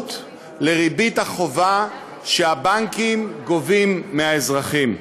הזכות לריבית החובה שהבנקים גובים מהאזרחים.